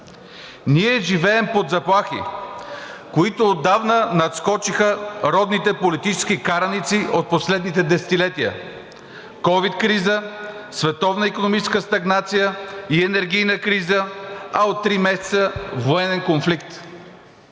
Ние живеем под заплахи, които отдавна надскочиха родните политически караници от последните десетилетия – ковид криза, световна икономическа стагнация и енергийна криза, а от три месеца военен конфликт.